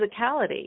physicality